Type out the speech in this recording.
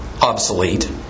obsolete